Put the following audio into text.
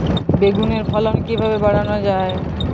বেগুনের ফলন কিভাবে বাড়ানো যায়?